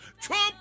Trump